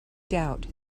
doubt